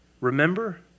Remember